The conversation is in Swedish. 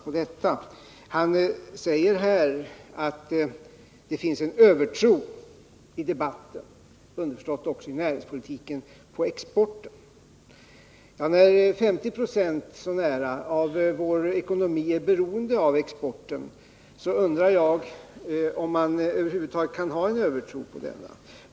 Jörn Svensson sade att det finns en övertro i debatten — underförstått också i näringspolitiken — på exporten. Närmare 50 90 av vår ekonomi är beroende av exporten, och därför undrar jag om man över huvud taget kan ha en övertro på denna.